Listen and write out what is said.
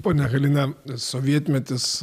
ponia halina sovietmetis